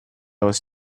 was